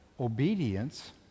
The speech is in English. obedience